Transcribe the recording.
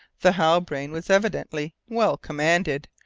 the halbrane was evidently well commanded,